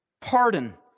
Pardon